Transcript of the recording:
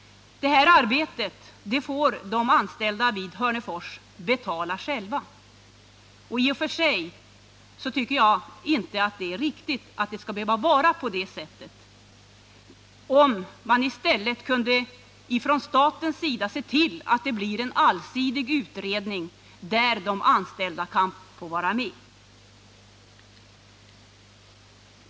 Detta arbete får de anställda vid Hörnefors betala själva. Jag tycker inte att det är riktigt att det skall behöva vara på det sättet. Man borde i stället från statens sida se till att det blir en allsidig utredning där de anställda kan få vara med.